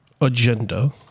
agenda